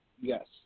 Yes